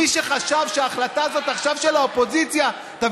מי שחשב שההחלטה הזאת עכשיו של האופוזיציה תביא